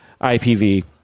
IPV